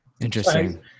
Interesting